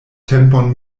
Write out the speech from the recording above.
tempon